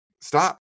stop